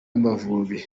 amavubi